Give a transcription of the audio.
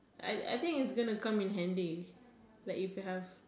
I I think it is going to come in handy like if you have